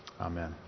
Amen